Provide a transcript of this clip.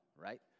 right